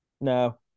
No